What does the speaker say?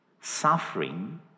suffering